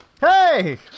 Hey